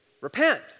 Repent